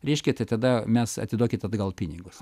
reiškia tai tada mes atiduokit atgal pinigus